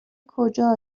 کجا